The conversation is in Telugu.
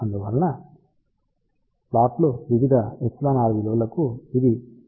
అందువలన ప్లాట్లు వివిధ εr విలువలకు ఇది εr 2